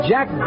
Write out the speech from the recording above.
Jack